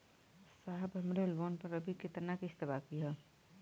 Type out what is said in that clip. साहब हमरे लोन पर अभी कितना किस्त बाकी ह?